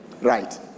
Right